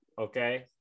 Okay